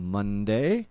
Monday